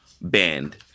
bend